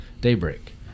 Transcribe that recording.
Daybreak